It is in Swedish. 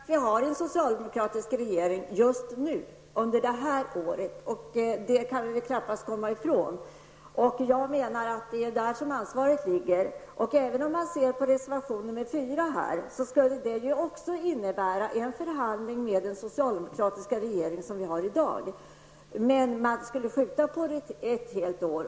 Herr talman! Vi kan konstatera att vi har en socialdemokratisk regering just nu under det här året. Det kan vi knappast komma ifrån. Jag menar att ansvaret ligger hos regeringen. Även reservation 4 innebär en förhandling med den socialdemokratiska regering som vi har i dag, men den skulle skjutas upp ett år.